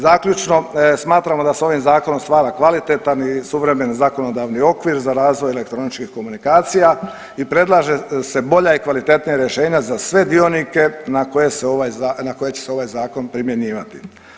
Zaključno smatramo da se ovim zakonom stvara kvalitetan i suvremen zakonodavni okvir za razvoj elektroničkih komunikacija i predlaže se bolja i kvalitetnija rješenja za se dionike na koje se ovaj, na koje će se ovaj zakon primjenjivati.